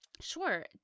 Sure